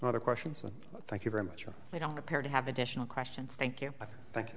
and other questions and thank you very much or you don't appear to have additional questions thank you